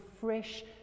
fresh